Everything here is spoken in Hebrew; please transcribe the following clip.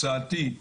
הצעתי,